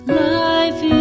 life